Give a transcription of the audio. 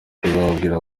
tuzababwira